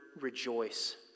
rejoice